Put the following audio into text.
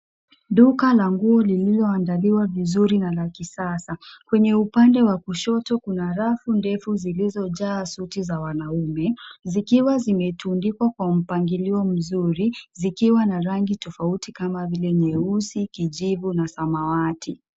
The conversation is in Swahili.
Duka la nguo lililoandaliwa vizuri na la kisasa. Kwenye upande wa kushoto kuna rafu ndefu zilizojaa suti za wanaume, zikiwa zimetundikwa kwa mpangilio mzuri, zikiwa na rangi tofauti kama vile nyeusi, kijivu na samawati.